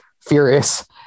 furious